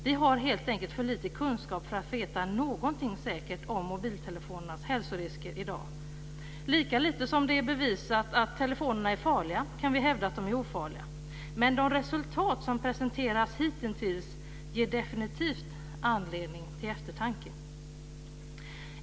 Vi har helt enkelt för lite kunskap för att veta någonting säkert om mobiltelefonernas hälsorisker i dag. Lika lite som det är bevisat att telefonerna är farliga kan vi hävda att de är ofarliga, men de resultat som har presenterats hittills ger definitivt anledning till eftertanke.